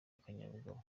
akanyabugabo